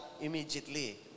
immediately